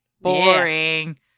Boring